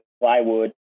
plywood